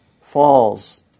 falls